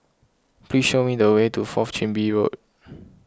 please show me the way to Fourth Chin Bee Road